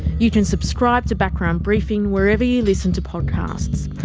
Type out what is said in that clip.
you can subscribe to background briefing wherever you listen to podcasts,